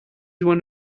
one